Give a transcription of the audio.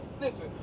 Listen